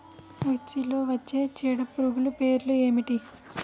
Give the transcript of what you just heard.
మిర్చిలో వచ్చే చీడపురుగులు పేర్లు ఏమిటి?